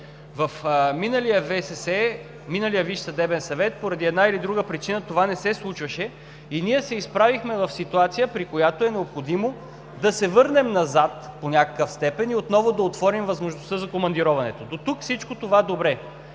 нужни. В миналия Висш съдебен съвет поради една или друга причина това не се случваше и ние се изправихме в ситуация, при която е необходимо да се върнем назад до някаква степен и отново да отворим възможността за командироването. Дотук всичко това добре,